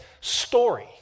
story